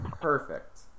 perfect